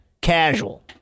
casual